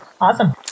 Awesome